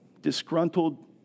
disgruntled